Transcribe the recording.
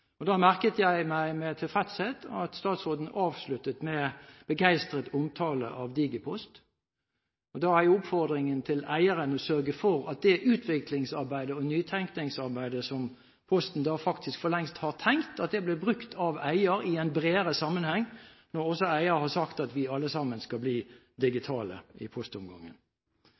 og da er oppfordringen til eieren å sørge for at det utviklingsarbeidet og nytenkningsarbeidet som Posten faktisk for lengst har tenkt, blir brukt av eier i en bredere sammenheng, når også eier har sagt at vi alle sammen skal bli digitale i postomgangen.